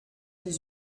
dix